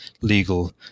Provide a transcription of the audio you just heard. legal